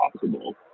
possible